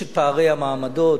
יש פערי המעמדות,